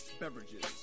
beverages